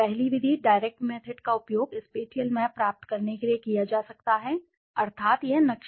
पहली विधि direct method का उपयोग स्पेटिअल मैप प्राप्त करने के लिए किया जा सकता है अर्थात यह नक्शा